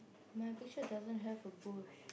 my picture doesn't have a bush